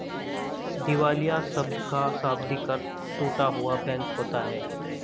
दिवालिया शब्द का शाब्दिक अर्थ टूटा हुआ बैंक होता है